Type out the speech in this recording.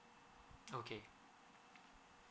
okay